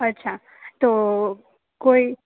અચ્છા તો કોઈ